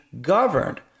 governed